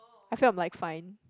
I feel like I'm fine